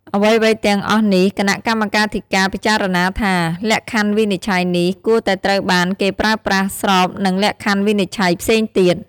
អ្វីៗទាំងអស់នេះគណៈកម្មាធិការ ពិចារណាថា លក្ខណវិនិច្ឆ័យនេះ គួរតែត្រូវបានគេប្រើប្រាស់ស្របនឹងលក្ខណវិនិច្ឆ័យផ្សេងទៀត។